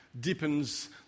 deepens